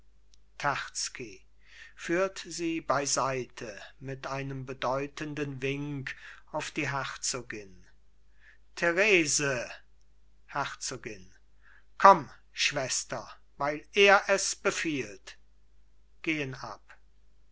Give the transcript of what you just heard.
führt sie beiseite mit einem bedeutenden wink auf die herzogin therese herzogin komm schwester weil er esbefiehlt gehen ab